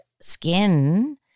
skin